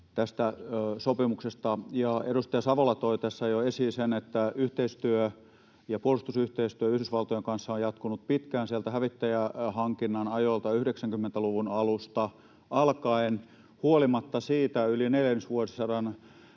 tästä sopimuksesta. Edustaja Savola toi tässä jo esiin sen, että yhteistyö ja puolustusyhteistyö Yhdysvaltojen kanssa on jatkunut pitkään, sieltä hävittäjähankinnan ajoilta 90-luvun alusta alkaen, huolimatta yli neljännesvuosisadan